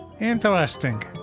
Interesting